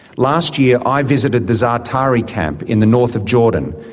last year i visited the za'atari camp in the north of jordan,